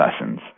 lessons